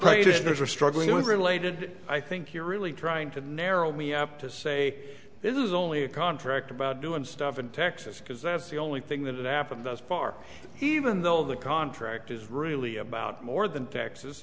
there are struggling related i think you're really trying to narrow me up to say this is only a contract about doing stuff in texas because that's the only thing that happened thus far even though the contract is really about more than texas